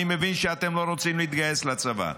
אני מבין שאתם לא רוצים להתגייס לצבא,